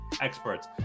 experts